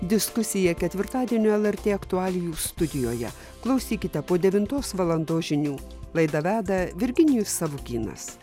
diskusija ketvirtadienio lrt aktualijų studijoje klausykite po devintos valandos žinių laidą veda virginijus savukynas